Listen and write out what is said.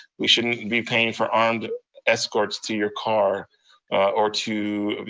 we shouldn't be paying for armed escorts to your car or to,